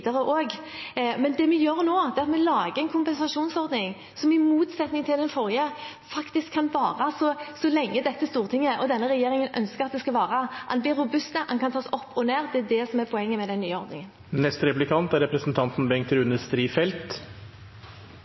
Det vi gjør nå, er at vi lager en kompensasjonsordning som i motsetning til den forrige faktisk kan vare så lenge dette stortinget og denne regjeringen ønsker at den skal vare. Den er robust, og den kan tas opp og ned. Det er det som er poenget med den nye